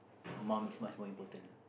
mum is much more important ah